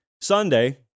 Sunday